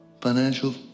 financial